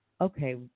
okay